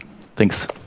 Thanks